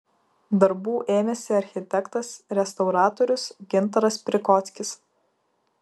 darbų ėmėsi architektas restauratorius gintaras prikockis